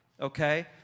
Okay